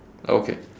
okay